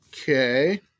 Okay